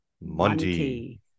Monty